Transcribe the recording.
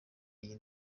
iyi